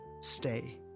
stay